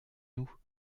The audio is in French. nous